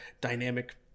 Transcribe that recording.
Dynamic